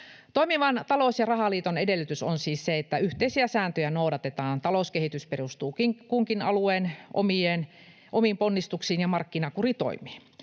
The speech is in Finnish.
Toimivan talous- ja rahaliiton edellytys on siis se, että yhteisiä sääntöjä noudatetaan, talouskehitys perustuu kunkin alueen omiin ponnistuksiin ja markkinakuri toimii.